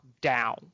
down